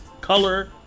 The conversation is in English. Color